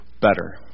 better